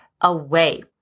away